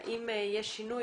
והשאלה היא האם יש שינוי.